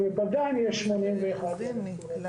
267,000. עלתה שאלה בעניין מורים